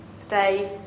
today